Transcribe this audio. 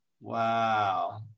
wow